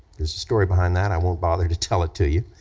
there's a story behind that, i won't bother to tell it to you,